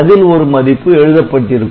அதில் ஒரு மதிப்பு எழுதப்பட்டிருக்கும்